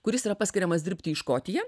kuris yra paskiriamas dirbti į škotiją